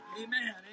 amen